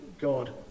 God